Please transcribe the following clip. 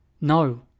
No